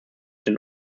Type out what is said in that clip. den